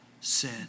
sin